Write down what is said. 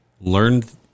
learned